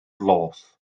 dlos